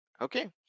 okay